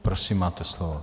Prosím, máte slovo.